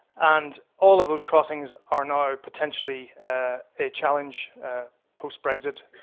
and all of those crossings are now potentially a challenge post-brexit.